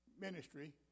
ministry